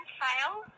file